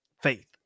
faith